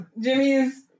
Jimmy's